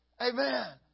Amen